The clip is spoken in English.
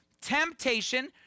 temptation